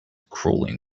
crawling